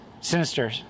Sinister